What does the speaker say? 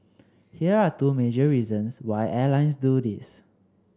here are two major reasons why airlines do this